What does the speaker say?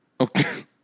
Okay